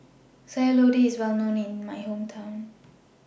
Sayur Lodeh IS Well known in My Hometown